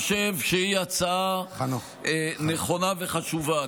אני חושב שהיא הצעה נכונה וחשובה.